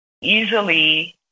easily